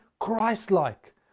christ-like